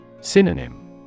Synonym